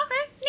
Okay